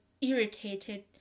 irritated